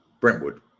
Brentwood